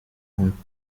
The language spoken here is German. und